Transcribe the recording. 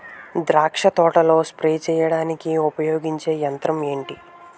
ద్రాక్ష తోటలో స్ప్రే చేయడానికి ఉపయోగించే యంత్రం ఎంటి?